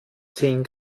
zehn